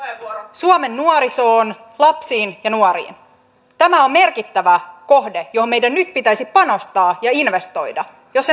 suomen nuorisoon lapsiin ja nuoriin tämä on merkittävä kohde johon meidän nyt pitäisi panostaa ja investoida jos